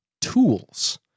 tools